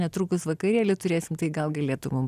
netrukus vakarėlį turėsim tai gal galėtum mum